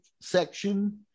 section